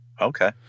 okay